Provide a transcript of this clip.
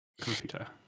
computer